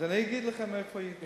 אז אני אגיד לכם איפה הייתי.